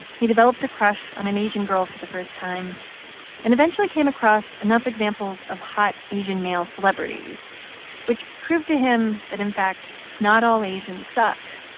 he developed a crush on an asian girl for the first time and, eventually, came across enough examples of hot asian male celebrities which proved to him that, in fact, not all asians suck.